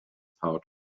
pouch